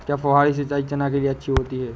क्या फुहारी सिंचाई चना के लिए अच्छी होती है?